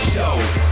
Show